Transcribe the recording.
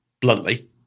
bluntly